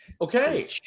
Okay